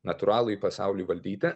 natūralųjį pasaulį valdyti